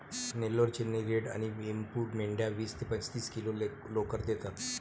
Nellore, Chennai red आणि वेमपूर मेंढ्या वीस ते पस्तीस किलो लोकर देतात